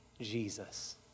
Jesus